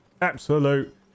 Absolute